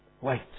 Wait